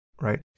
right